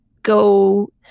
Go